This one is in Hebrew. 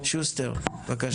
שוסטר בבקשה.